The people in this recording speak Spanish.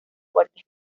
fuertes